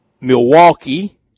Milwaukee